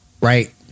right